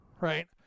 right